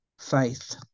faith